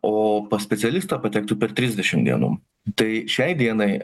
o pas specialistą patektų per trisdešim dienų tai šiai dienai